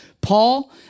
Paul